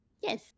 yes